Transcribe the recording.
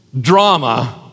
drama